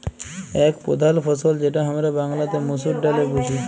এক প্রধাল ফসল যেটা হামরা বাংলাতে মসুর ডালে বুঝি